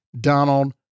Donald